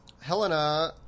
Helena